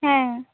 ᱦᱮᱸᱻ